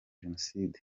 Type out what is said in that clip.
jenoside